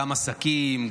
גם עסקים,